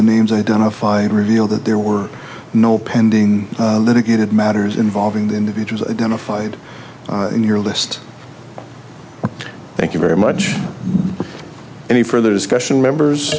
the names identified revealed that there were no pending litigated matters involving the individuals identified in your list thank you very much any further discussion